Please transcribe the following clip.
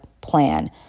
plan